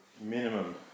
minimum